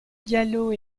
diallo